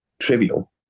trivial